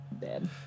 dead